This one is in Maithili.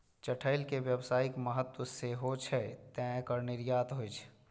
चठैल के व्यावसायिक महत्व सेहो छै, तें एकर निर्यात होइ छै